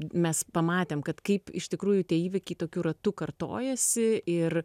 mes pamatėm kad kaip iš tikrųjų tie įvykiai tokiu ratu kartojasi ir